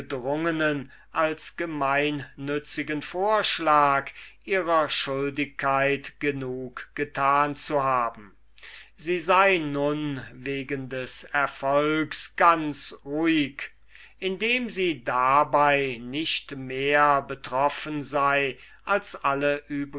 als gemeinnützigen vorschlag ihrer schuldigkeit genug getan zu haben sie sei nun wegen des erfolgs ganz ruhig indem sie dabei nicht mehr betroffen sei als alle